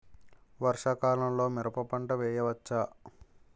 వర్షాకాలంలో మిరప పంట వేయవచ్చా?